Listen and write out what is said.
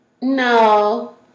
No